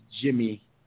Jimmy